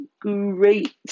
great